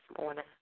morning